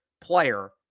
player